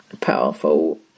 powerful